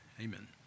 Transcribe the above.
amen